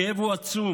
הכאב הוא עצום,